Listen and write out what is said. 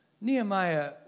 Nehemiah